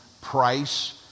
price